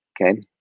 okay